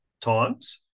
times